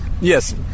Yes